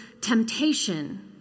temptation